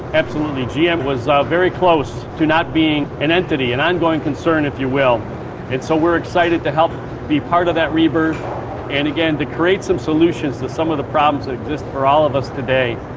absolutely, gm was very close to not being an entity, an ongoing concern, if you will. and so we are excited to help be part of that rebirth and, again, to create some solutions to some of the problems that exist for all of us today.